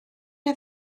neu